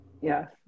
Yes